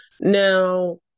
now